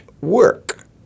work